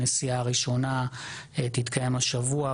הנסיעה הראשונה תתקיים השבוע,